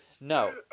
No